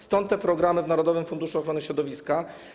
Stąd te programy w narodowym funduszu ochrony środowiska.